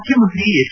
ಮುಖ್ಯಮಂತ್ರಿ ಎಚ್